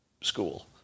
school